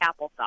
applesauce